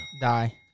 Die